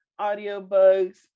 audiobooks